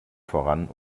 voran